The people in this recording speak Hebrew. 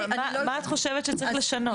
מה את חושבת שצריך לשנות?